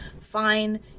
Fine